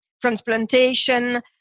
transplantation